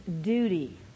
duty